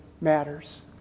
matters